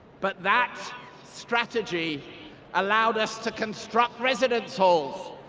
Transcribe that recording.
but that strategy allowed us to construct residence halls,